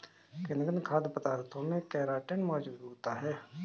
किन किन खाद्य पदार्थों में केराटिन मोजूद होता है?